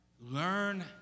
Learn